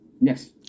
Yes